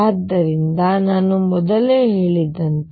ಆದ್ದರಿಂದ ನಾನು ಮೊದಲೇ ಹೇಳಿದಂತೆ